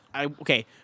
Okay